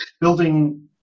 building